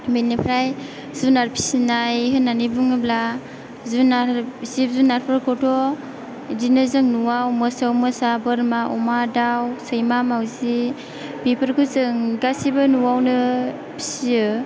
बेनिफ्राय जुनार फिसिनाय होननानै बुङोब्ला जुनार जिब जुनारफोरखौथ' इदिनो जों न'आव मोसौ मोसा बोरमा अमा दाव सैमा मावजि बिफोरखौ जों गासिबो न'आवनो फिसियो